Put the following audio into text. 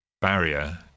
barrier